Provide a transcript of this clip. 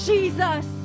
Jesus